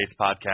podcast